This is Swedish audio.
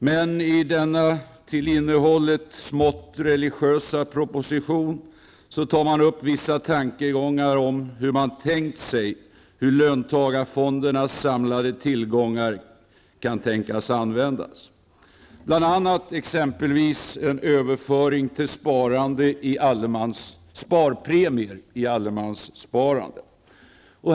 Men i denna till innehållet smått religiösa proposition tar man upp vissa tankegångar om hur löntagarfondernas samlade tillgångar kan tänkas användas, bl.a. till en överföring till sparpremier i allemanssparandet.